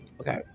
Okay